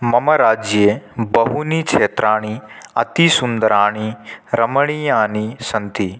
मम राज्ये बहूनि क्षेत्राणि अतिसुन्दराणि रमणीयानि सन्ति